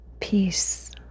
peace